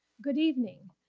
good evening.